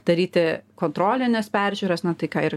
daryti kontrolines peržiūras na tai ką ir